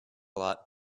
lot